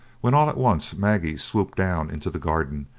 when all at once maggie swooped down into the garden,